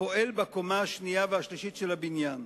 הפועל בקומה השנייה והשלישית של הבניין.